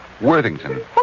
Worthington